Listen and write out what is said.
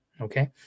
okay